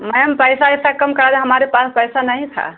ma'am पैसा वैसा कम करा दिए हमारे पास पैसा नहीं था